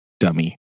Dummy